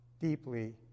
deeply